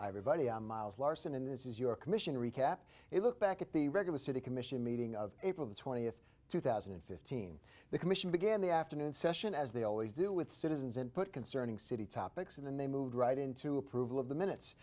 a buddy i'm miles larson in this is your commission recap a look back at the regular city commission meeting of april the twentieth two thousand and fifteen the commission began the afternoon session as they always do with citizens and put concerning city topics and then they moved right into approval of the minutes